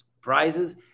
prizes